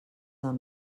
del